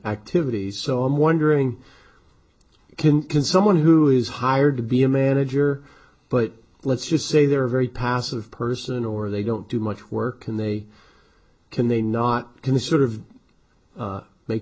activities so i'm wondering can can someone who is hired to be a manager but let's just say they're very passive person or they don't do much work and they can they not